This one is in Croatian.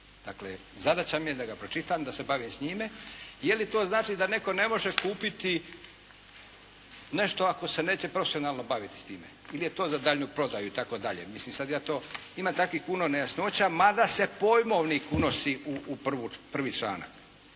Dakle, zadaća mi je da ga pročitam, da se bavim s njime. Je li to znači da netko ne može kupiti nešto ako se neće profesionalno baviti time, ili je to za daljnju prodaju itd. Ima takvih puno nejasnoća mada se pojmovnik unosi u 1. članak